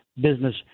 business